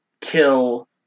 kill